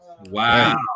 Wow